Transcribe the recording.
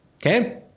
Okay